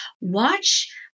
watch